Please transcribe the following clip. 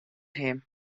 him